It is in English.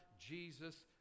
Jesus